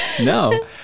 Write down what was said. no